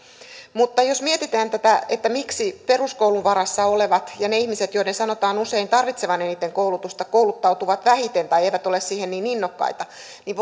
jos mietitään miksi peruskoulun varassa olevat ja ne ihmiset joiden sanotaan usein tarvitsevan eniten koulutusta kouluttautuvat vähiten tai eivät ole siihen niin innokkaita niin